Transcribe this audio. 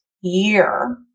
year